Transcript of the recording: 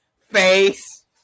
face